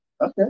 Okay